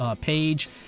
page